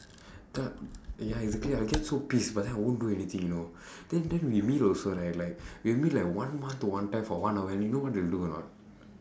ya ya exactly I will get so piss but then I won't do anything you know then then we meet also right like we'll meet like one month one time for one hour and then you know what we'll do or not